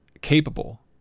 capable